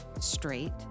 straight